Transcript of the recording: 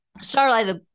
Starlight